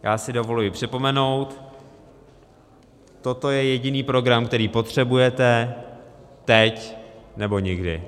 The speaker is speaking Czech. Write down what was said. Já si dovoluji připomenout toto je jediný program, který potřebujete, teď, nebo nikdy.